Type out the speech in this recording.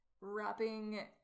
wrapping